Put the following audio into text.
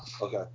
okay